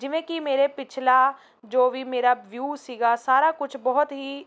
ਜਿਵੇਂ ਕਿ ਮੇਰੇ ਪਿਛਲਾ ਜੋ ਵੀ ਮੇਰਾ ਵਿਊ ਸੀਗਾ ਸਾਰਾ ਕੁਛ ਬਹੁਤ ਹੀ